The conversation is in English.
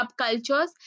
subcultures